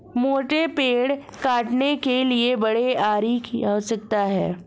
मोटे पेड़ काटने के लिए बड़े आरी की आवश्यकता है